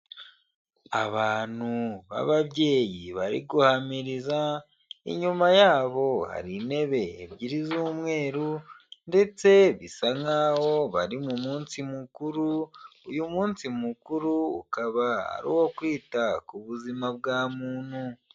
a=Abantu b'ababyeyi bari guhamiriza inyuma yabo hari intebe ebyiri z'umweru ndetse bisa nk'aho bari mu munsi mukuru, uyu munsi mukuru ukaba ari uwo kwita ku buzima bwa muntu.